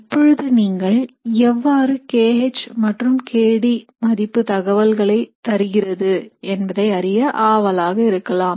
இப்பொழுது நீங்கள் எவ்வாறு kH மற்றும் kDன் மதிப்பு தகவல்களை தருகிறது என்பதை அறிய ஆவலாக இருக்கலாம்